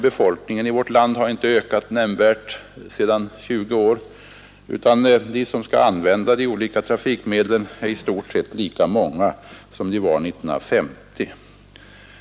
Befolkningen i vårt land har inte ökat nämnvärt under dessa 20 år, utan de som skall använda de olika trafik medlen är i stort sett lika många som 1950.